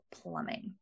plumbing